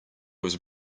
was